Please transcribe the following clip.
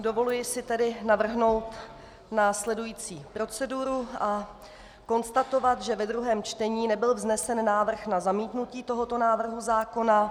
Dovoluji si tedy navrhnout následující proceduru a konstatovat, že ve druhém čtení nebyl vznesen návrh na zamítnutí tohoto návrhu zákona.